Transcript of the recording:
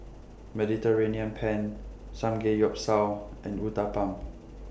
Mediterranean Penne Samgeyopsal and Uthapam